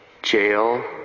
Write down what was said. jail